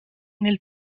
nel